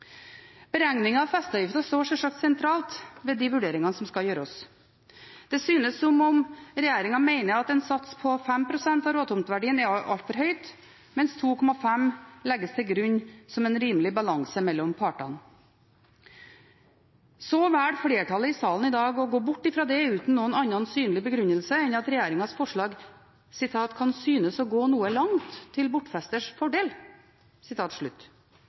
Beregninga av festeavgiften står sjølsagt sentralt ved de vurderingene som skal gjøres. Det synes som om regjeringen mener at en sats på 5 pst. av råtomteverdien er altfor høy, mens 2,5 pst. legges til grunn som en rimelig balanse mellom partene. Så velger flertallet i salen i dag å gå bort fra det uten noen annen synlig begrunnelse enn at regjeringens forslag «kan synes å gå noe langt til bortfesters fordel».